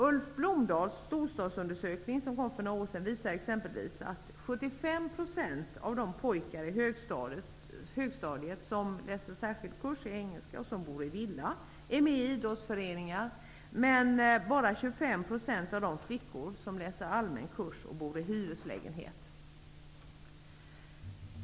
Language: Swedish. Ulf Blomdahls storstadsundersökning, som lades fram för några år sedan, visar exempelvis att 75 % av de pojkar i högstadiet som läser särskild kurs i engelska och bor i villa är med i idrottsföreningar till skillnad mot 25 % av de flickor som läser allmän kurs och bor i hyreslägenhet.